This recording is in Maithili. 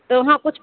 तऽ उहाँ किछु